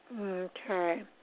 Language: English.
Okay